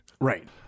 Right